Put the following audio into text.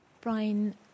Brian